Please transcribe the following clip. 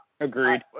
Agreed